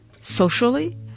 socially